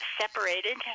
separated